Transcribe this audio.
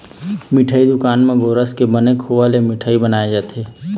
मिठई दुकान म गोरस के बने खोवा ले मिठई बनाए जाथे